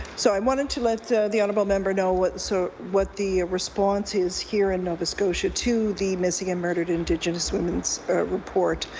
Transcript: so i wanted to let the the honourable member know what so what the response is here in nova scotia to the missing and murdered indigenous women report.